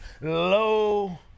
low